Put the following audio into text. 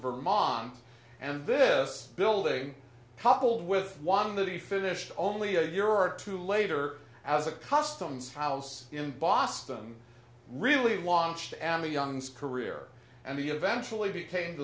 vermont and this building coupled with one that he finished only a year or two later as a customs house in boston really launched and the young career and the eventually be